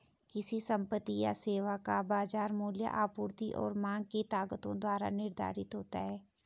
किसी संपत्ति या सेवा का बाजार मूल्य आपूर्ति और मांग की ताकतों द्वारा निर्धारित होता है